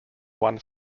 one